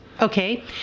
Okay